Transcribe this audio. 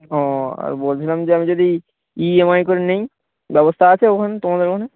ও আর বলছিলাম যে আমি যদি ইএমআই করে নেই ব্যবস্থা আছে ওখানে তোমাদের ওখানে